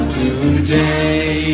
today